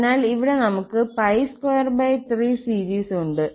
അതിനാൽ ഇവിടെ നമുക്ക് 23 സീരീസ് ഉണ്ട്